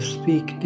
speak